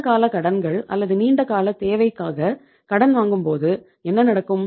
நீண்ட கால கடன்கள் அல்லது நீண்டகால தேவைக்காக கடன் வாங்கும்போது என்ன நடக்கும்